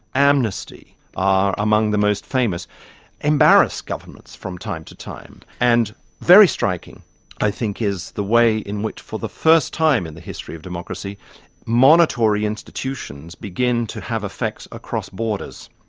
amnesty are among the most famous embarrass governments from time to time. and very striking i think is the way in which for the first time in the history of democracy monitory institutions begin to have effects across borders.